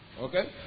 Okay